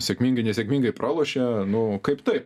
sėkmingai nesėkmingai pralošė nu kaip taip